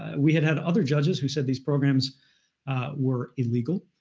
and we had had other judges who said these programs were illegal,